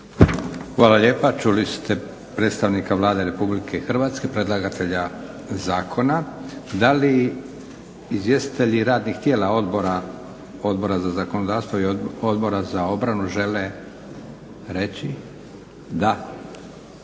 Hvala lijepa. Čuli ste predstavnika Vlade Republike Hrvatske predlagatelja zakona. Da li izvjestitelji radnih tijela odbora, Odbora za zakonodavstvo i Odbora za obranu žele reći?